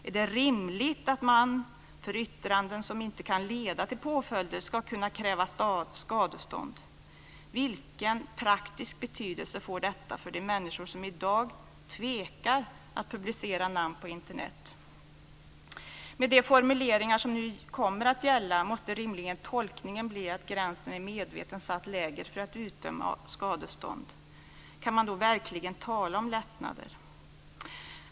Är det rimligt att man för yttranden som inte kan leda till påföljder ska kunna kräva skadestånd? Vilken praktisk betydelse får detta för de människor som i dag tvekar att publicera namn på Internet? Med de formuleringar som nu kommer att gälla måste rimligen tolkningen bli att gränsen medvetet är satt lägre för att man ska kunna utdöma skadestånd. Kan man då verkligen tala om lättnader?